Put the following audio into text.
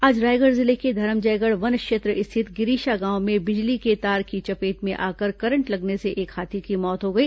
आज रायगढ़ जिले के धरमजयगढ़ वन क्षेत्र स्थित गिरीशा गांव में बिजली के तार की चपेट में आकर करंट लगने से एक हाथी की मौत हो गई